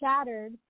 shattered